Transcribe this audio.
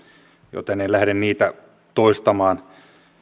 joten en lähde niitä toistamaan